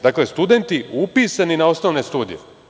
Dakle, studenti upisani na osnovne studije.